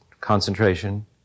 concentration